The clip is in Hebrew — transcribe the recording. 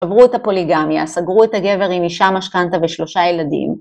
עברו את הפוליגמיה, סגרו את הגבר עם אישה משכנתה ושלושה ילדים.